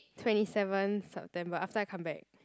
twenty seventh September after I come back